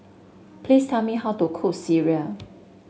please tell me how to cook sireh